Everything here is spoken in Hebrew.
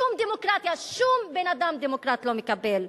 שום דמוקרטיה, שום בן-אדם דמוקרט לא מקבל.